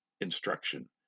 instruction